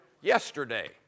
yesterday